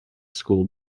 school